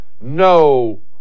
no